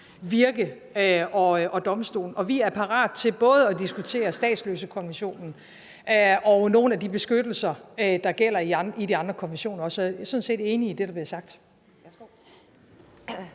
virke. Og vi er parate til at diskutere både statsløsekonventionen og nogle af de beskyttelser, der gælder i de andre konventioner. Så jeg er sådan set enig i det, der bliver sagt.